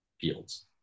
fields